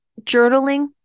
Journaling